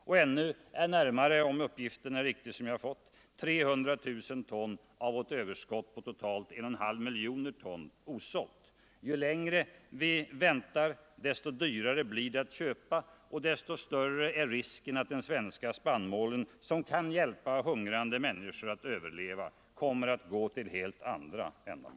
Och ännu är närmare 300 000 ton av vårt överskott på totalt 1,5 miljoner ton osålt. Ju längre vi väntar, desto dyrare blir det att köpa och desto större är risken att den svenska spannmålen, som kan hjälpa hungrande Nr 122 människor att överleva, kommer att gå till helt andra ändamål.